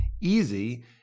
easy